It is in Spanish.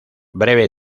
breve